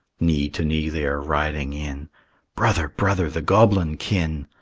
knee to knee they are riding in brother, brother the goblin kin!